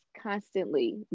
constantly